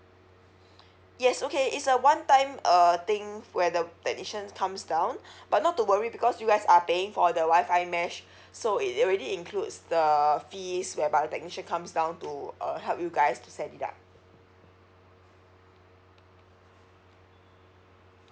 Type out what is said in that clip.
yes okay it's a one time err thing where the technician comes down but not to worry because you guys are paying for the WI-FI mesh so it already includes the fees whereby technician comes down to uh help you guys to set it up